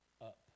up